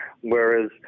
Whereas